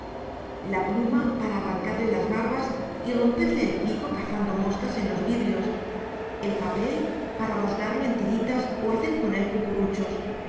la pluma para arrancarle las barbas y romperle el pico cazando moscas en los vidrios el papel para rasgarlo en tiritas o hacer con él cucuruchos